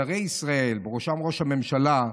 שרי ישראל ובראשם ראש הממשלה,